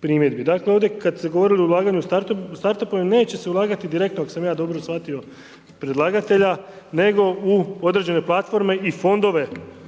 primjedbi. Dakle ovdje kada se govorilo o ulaganju start up-om jer neće se ulagati direktno ako sam ja dobro shvatio predlagatelja, nego u određene platforme i fondove